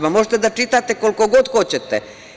Možete da čitate koliko god hoćete.